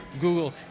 Google